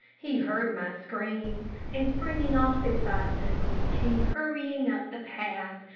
he heard my screams and springing off his bicycle, came hurrying up the path,